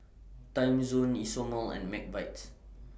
Timezone Isomil and Mcvitie's